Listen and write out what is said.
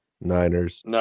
Niners